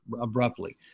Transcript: abruptly